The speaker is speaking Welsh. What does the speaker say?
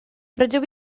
rydw